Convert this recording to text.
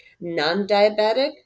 non-diabetic